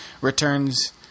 returns